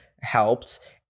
helped